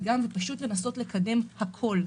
פשוט לנסות לקדם הכול.